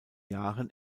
jahren